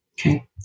okay